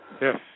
Yes